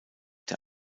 der